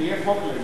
באיי פוקלנד.